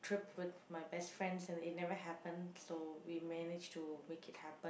trip with my best friends and it never happen so we managed to make it happen